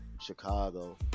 Chicago